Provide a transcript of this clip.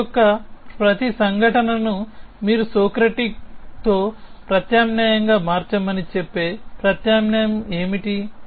x యొక్క ప్రతి సంఘటనను మీరు సోక్రటిక్తో ప్రత్యామ్నాయంగా మార్చమని చెప్పే ప్రత్యామ్నాయం ఏమిటి